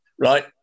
right